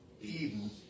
Eden